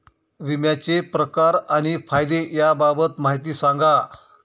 विम्याचे प्रकार आणि फायदे याबाबत माहिती सांगा